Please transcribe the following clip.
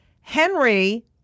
Henry